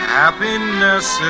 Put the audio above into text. happiness